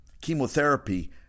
chemotherapy